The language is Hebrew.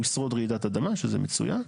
הוא ישרוד רעידת אדמה שזה מצוין,